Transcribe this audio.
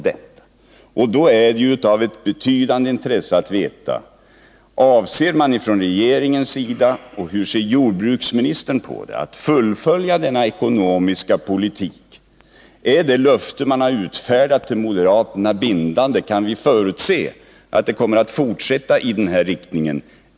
Då är det av betydande intresse att veta: Avser man från regeringens sida att fullfölja denna ekonomiska politik, och hur ser jordbruksministern på det? Är det löfte man har utfärdat till moderaterna bindande? Kan vi förutse att politiken kommer att fortsätta med den nuvarande inriktningen?